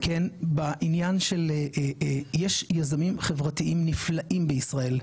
בעניין של יש יזמים חברתיים נפלאים בישראל.